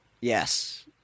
Yes